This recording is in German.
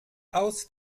aus